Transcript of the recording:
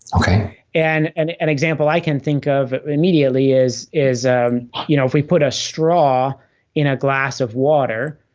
okay and and an example i can think of immediately is is you know if we put a straw in a glass of water.